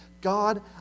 God